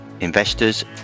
investors